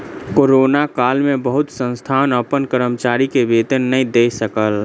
corona काल में बहुत संस्थान अपन कर्मचारी के वेतन नै दय सकल